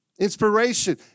inspiration